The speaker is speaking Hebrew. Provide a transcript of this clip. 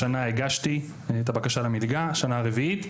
השנה הגשתי את הבקשה למלגה, שנה רביעית,